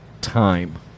time